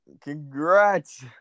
Congrats